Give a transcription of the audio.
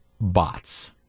bots